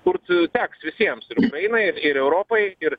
kurt teks visiems ir ukrainai ir europai ir